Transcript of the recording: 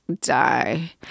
die